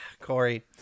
Corey